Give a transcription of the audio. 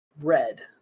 red